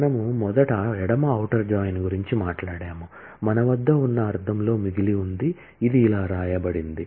మనము మొదట ఎడమ ఔటర్ జాయిన్ గురించి మాట్లాడాము మన వద్ద ఉన్న అర్థంలో మిగిలి ఉంది ఇది ఇలా వ్రాయబడింది